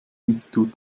institut